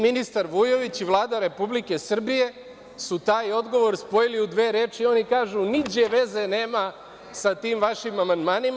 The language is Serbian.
Ministar Vujović i Vlada Republike Srbije su taj odgovor spojili u dve reči, oni kažu – niđe veze nema sa tim vašim amandmanima.